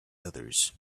others